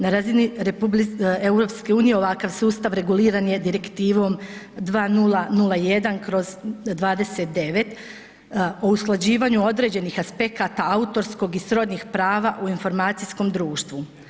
Na razini EU ovakav sustav reguliran je Direktivom 2001/29 o usklađivanju određenih aspekata autorskog i srodnih prava u informacijskom društvu.